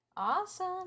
awesome